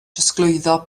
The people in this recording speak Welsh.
trosglwyddo